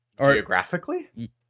Geographically